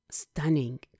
stunning